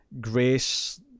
Grace